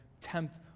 tempt